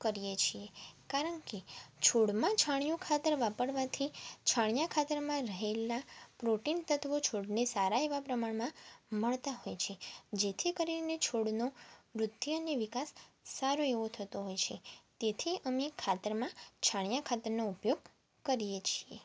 કરીએ છીએ કારણ કે છોડમાં છાણિયું ખાતર વાપરવાથી છાણિયાં ખાતરમાં રહેલાં પ્રોટિન તત્વો છોડને સારા એવા પ્રમાણમાં મળતાં હોય છે જેથી કરીને છોડનો વૃદ્ધિ અને વિકાસ સારો એવો થતો હોય છે તેથી અમે ખાતરમાં છાણિયા ખાતરનો ઉપયોગ કરીએ છીએ